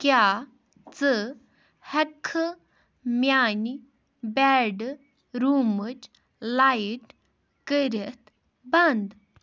کیٛاہ ژٕ ہٮ۪ککھٕ میٛانہِ بٮ۪ڈ روٗمٕچ لایٹ کٔرِتھ بنٛد